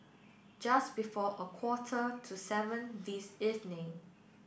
just before a quarter to seven this evening